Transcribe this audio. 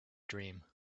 dream